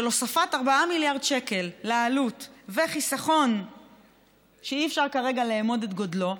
של הוספת 4 מיליארד שקל לעלות וחיסכון שאי-אפשר כרגע לאמוד את גודלו,